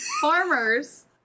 farmers